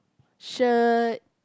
shirt